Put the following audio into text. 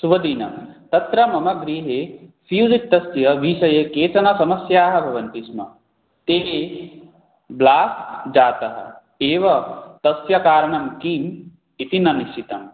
शुभदिनं तत्र मम गृहे फ़्यूज् इत्यस्य विषये काश्चन समस्याः भवन्ति स्म ते ब्लाक् जातः एव तस्य कारणं किम् इति न निश्चितम्